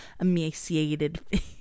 emaciated